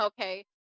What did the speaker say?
okay